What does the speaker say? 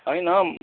होइन